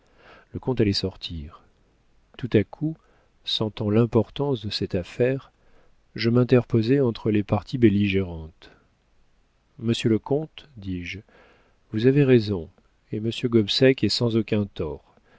le comte allait sortir tout à coup sentant l'importance de cette affaire je m'interposai entre les parties belligérantes monsieur le comte dis-je vous avez raison et monsieur gobseck est sans aucun tort